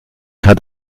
hat